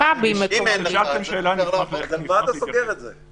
שמאחר ואנחנו הולכים לנהל כמה וכמה ישיבות בעניין הזה,